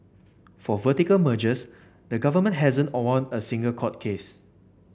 for vertical mergers the government hasn't won a single court case